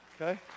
Okay